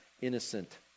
innocent